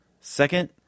Second